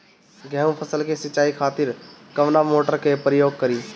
गेहूं फसल के सिंचाई खातिर कवना मोटर के प्रयोग करी?